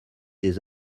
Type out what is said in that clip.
des